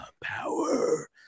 power